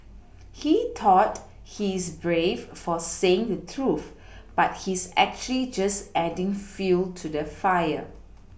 he thought he's brave for saying the truth but he's actually just adding fuel to the fire